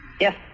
Yes